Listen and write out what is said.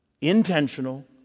intentional